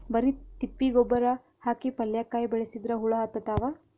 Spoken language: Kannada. ಬರಿ ತಿಪ್ಪಿ ಗೊಬ್ಬರ ಹಾಕಿ ಪಲ್ಯಾಕಾಯಿ ಬೆಳಸಿದ್ರ ಹುಳ ಹತ್ತತಾವ?